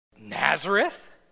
Nazareth